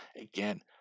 again